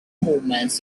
movements